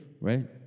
right